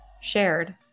shared